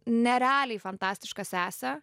nerealiai fantastišką sesę